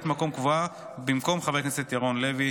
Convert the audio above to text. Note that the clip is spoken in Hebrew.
מקום קבועה במקום חבר הכנסת ירון לוי.